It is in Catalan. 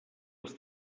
als